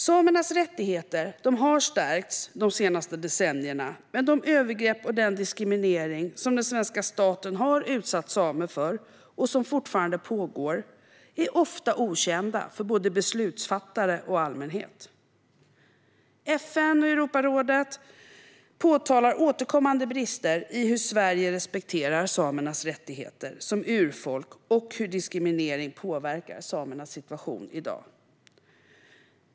Samernas rättigheter har stärkts de senaste decennierna, men de övergrepp och den diskriminering som den svenska staten har utsatt samer för och som fortfarande pågår är ofta okända för både beslutsfattare och allmänhet. FN och Europarådet påtalar återkommande brister i hur Sverige respekterar samernas rättigheter som urfolk och hur diskriminering påverkar samernas situation i dag.